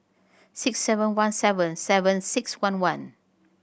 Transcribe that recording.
six seven one seven seven six one one